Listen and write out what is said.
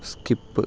skip